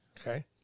Okay